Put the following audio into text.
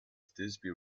dewsbury